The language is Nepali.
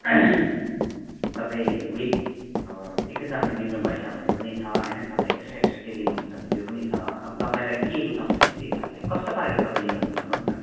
तपाईँ विथ अब एकैतालमा लिनुभएछ भने पनि छ होइन तपाईँ एक्सट्रा एक्सट्रा केही लिनुहुन्छ भने त्यो पनि छ अब तपाईँलाई के रुचाउँछ त्यसकै हिसाबले कस्तो पाराले तपाईँ लिनुहुन्छ भन्नुहोस् न